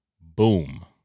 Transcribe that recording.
Boom